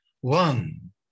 one